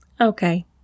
Okay